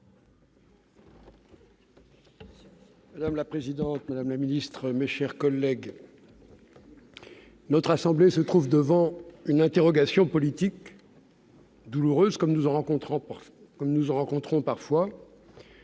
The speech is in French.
Madame la présidente, madame la ministre, mes chers collègues, notre assemblée se trouve devant une interrogation politique douloureuse, comme nous en rencontrons parfois.